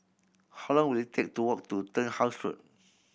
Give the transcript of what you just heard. how long will it take to walk to Turnhouse Road